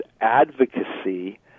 advocacy